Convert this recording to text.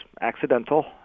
accidental